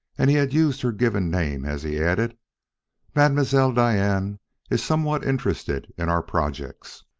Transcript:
and he had used her given name as he added mademoiselle diane is somewhat interested in our projects.